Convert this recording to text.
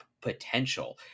potential